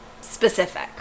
specific